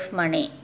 money